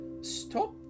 stop